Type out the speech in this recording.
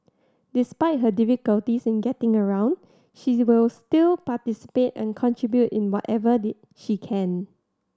despite her difficulties in getting around she will still participate and contribute in whatever she can